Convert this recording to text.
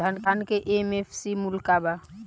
धान के एम.एफ.सी मूल्य का बा?